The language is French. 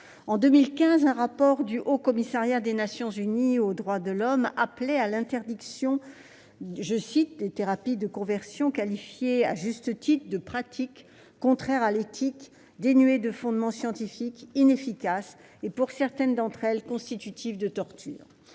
En 2015, un rapport du Haut-Commissariat des Nations unies aux droits de l'homme appelait à l'interdiction des thérapies de conversion, qualifiées à juste titre de « pratiques contraires à l'éthique, dénuées de fondement scientifique, inefficaces et, pour certaines d'entre elles, constitutives de torture ».